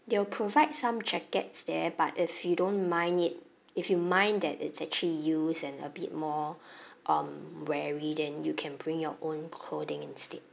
they will provide some jackets there but if you don't mind it if you mind that it's actually used and a bit more um weary then you can bring your own clothing instead